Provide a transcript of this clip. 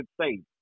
States